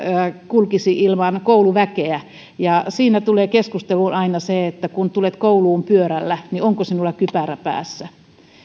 kulkisi ilman kouluväkeä siinä tulee keskusteluun aina se kun tulet kouluun pyörällä onko sinulla kypärä päässä